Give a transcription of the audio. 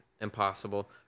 impossible